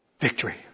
Victory